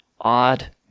odd